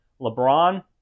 LeBron